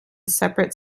separate